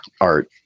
art